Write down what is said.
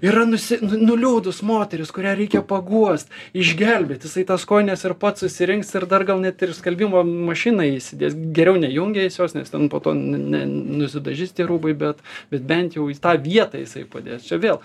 yra nusi nuliūdus moteris kurią reikia paguost išgelbėt jisai tas kojines ir pats susirinks ir dar gal net ir į skalbimo mašiną įsidės geriau nejungia jis jos nes ten po to ne nusidažys tie rūbai bet bet bent jau į tą vietą jisai padės čia vėl